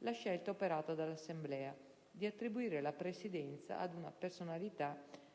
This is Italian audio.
la scelta operata dall'assemblea di attribuire la presidenza ad una personalità di rilievo